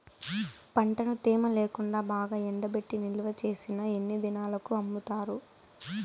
పంటను తేమ లేకుండా బాగా ఎండబెట్టి నిల్వచేసిన ఎన్ని దినాలకు అమ్ముతారు?